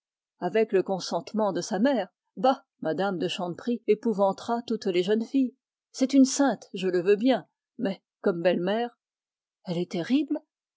avec le consentement de sa mère bah m me de chanteprie épouvantera toutes les jeunes filles c'est une sainte je le veux bien mais comme bellemère elle